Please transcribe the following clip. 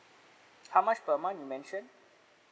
how much per month you mention